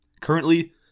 Currently